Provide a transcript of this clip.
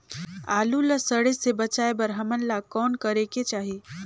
आलू ला सड़े से बचाये बर हमन ला कौन करेके चाही?